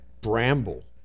Bramble